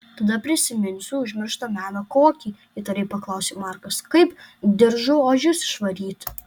tada prisiminsiu užmirštą meną kokį įtariai paklausė markas kaip diržu ožius išvaryti